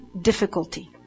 difficulty